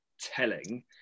Telling